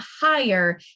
higher